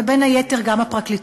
ובין היתר גם הפרקליטות.